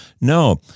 No